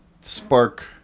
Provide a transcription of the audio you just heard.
spark